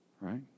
right